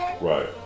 Right